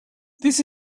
this